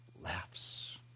laughs